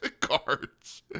cards